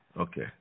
Okay